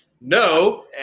no